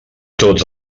tots